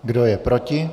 Kdo je proti?